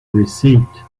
receipt